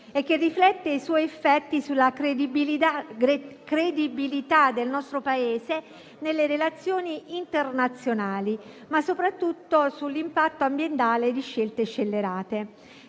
e che riflette i suoi effetti sulla credibilità del nostro Paese nelle relazioni internazionali, ma soprattutto sull'impatto ambientale di scelte scellerate.